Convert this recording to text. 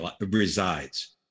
resides